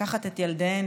לקחת את ילדיהן,